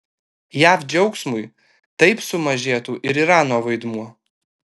jav džiaugsmui taip sumažėtų ir irano vaidmuo